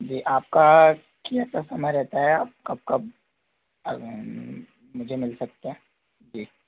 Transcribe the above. जी आपका कैसा समय रहता है आप कब कब मुझे मिल सकते हैं जी